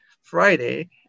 Friday